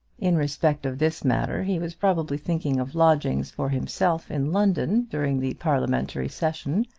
in respect of this matter he was probably thinking of lodgings for himself in london during the parliamentary session,